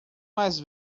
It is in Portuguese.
mais